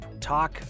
talk